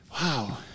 Wow